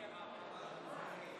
ההצבעה.